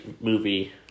movie